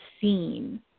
seen